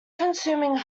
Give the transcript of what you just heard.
consuming